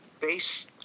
base